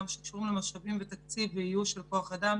גם שקשורים למשאבים ותקצוב ואיוש של כוח אדם